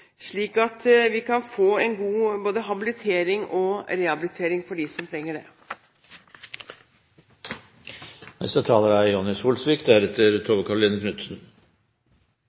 slik at vi kan få en god habilitering og rehabilitering for dem som trenger det. Det er